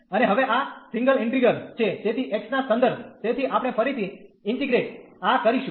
અને હવે આ સિંગલ ઇન્ટીગ્રલ છે તેથી x ના સંદર્ભ તેથી આપણે ફરીથી ઇન્ટીગ્રેટ આ કરીશું